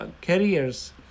carriers